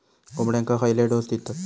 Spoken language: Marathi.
कोंबड्यांक खयले डोस दितत?